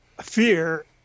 fear